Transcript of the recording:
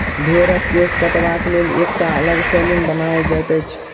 भेंड़क केश काटबाक लेल एकटा अलग सैलून बनाओल जाइत अछि